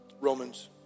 Romans